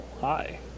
hi